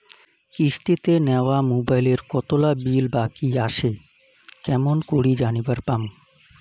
কিস্তিতে নেওয়া মোবাইলের কতোলা বিল বাকি আসে কেমন করি জানিবার পামু?